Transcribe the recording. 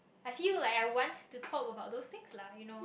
I feel like I want to talk about those thing lah you know